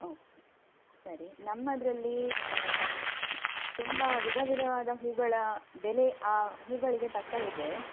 okay ಸರಿ ನಮ್ಮದರಲ್ಲಿ ತುಂಬ ವಿಧ ವಿಧವಾದ ಹೂಗಳ ಬೆಲೆ ಆ ಹೂಗಳಿಗೆ ತಕ್ಕ ಇದೆ